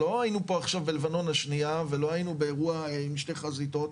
לא היינו פה עכשיו בלבנון השנייה ולא היינו באירוע עם שתי חזיתות,